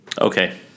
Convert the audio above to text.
Okay